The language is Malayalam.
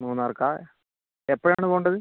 മൂന്നാർക്ക് ആണോ എപ്പോഴാണ് പോവേണ്ടത്